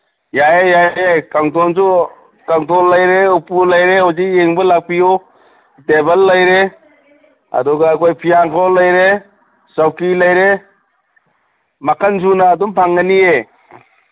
ꯌꯥꯏꯌꯦ ꯌꯥꯏꯌꯦ ꯀꯥꯡꯊꯣꯟꯁꯨ ꯀꯥꯡꯊꯣꯟ ꯂꯩꯔꯦ ꯎꯄꯨ ꯂꯩꯔꯦ ꯍꯧꯖꯤꯛ ꯌꯦꯡꯕ ꯂꯥꯛꯄꯤꯌꯨ ꯇꯦꯕꯜ ꯂꯩꯔꯦ ꯑꯗꯨꯒ ꯑꯩꯈꯣꯏ ꯐꯤꯌꯦꯟꯈꯣꯛ ꯂꯩꯔꯦ ꯆꯧꯀ꯭ꯔꯤ ꯂꯩꯔꯦ ꯃꯈꯟ ꯁꯨꯅ ꯑꯗꯨꯝ ꯐꯪꯒꯅꯤꯌꯦ